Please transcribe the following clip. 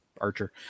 Archer